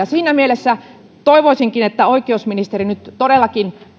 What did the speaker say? siinä mielessä toivoisinkin että oikeusministeri nyt todellakin